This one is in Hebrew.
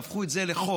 והפכו את זה לחוק,